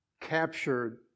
captured